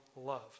love